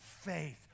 Faith